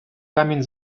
камінь